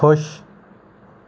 ਖੁਸ਼